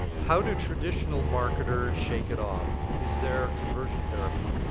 how do traditional marketers shake it off, is their conversion therapy?